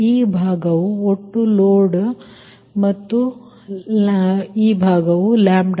ಈ ಭಾಗವು ಒಟ್ಟು ಲೋಡ್ ಮತ್ತು ಈ ಭಾಗವು λ